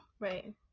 right